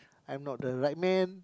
I am not the right man